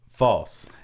False